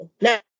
Now